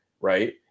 right